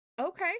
Okay